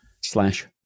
slash